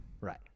Right